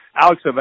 Alex